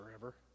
forever